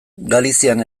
galizian